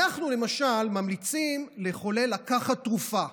אנחנו למשל ממליצים לחולה לקחת תרופה.